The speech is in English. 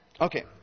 Okay